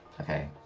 Okay